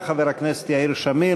חבר הכנסת יאיר שמיר.